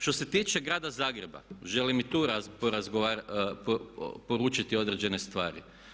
Što se tiče grada Zagreba želim i tu poručiti određene stvari.